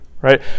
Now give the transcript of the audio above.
right